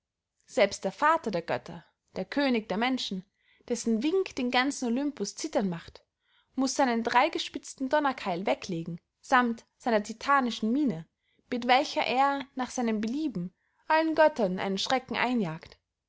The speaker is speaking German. selbst der vater der götter der könig der menschen dessen wink den ganzen olympus zittern macht muß seinen dreygespitzten donnerkeil weglegen samt seiner titanischen mine mit welcher er nach seinem belieben allen göttern einen schrecken einjagt